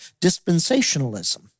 dispensationalism